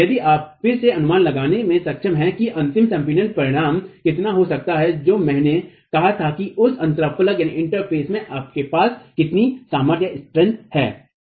यदि आप फिर से अनुमान लगाने में सक्षम हैं कि अंतिम संपीड़न परिणाम कितना हो सकता है जो मैंने कहा था कि उस अंतराफलक में आपके पास कितनी सामर्थ्य है